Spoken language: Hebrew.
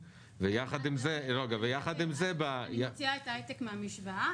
ויחד עם זאת ------ אני מוציאה את ההיי-טק מהמשוואה.